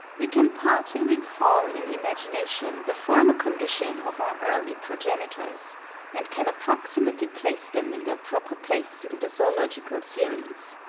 we can partly recall in imagination the former condition of our early progenitors and can approximately place them in their proper place in the zoological series.